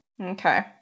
Okay